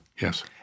Yes